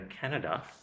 Canada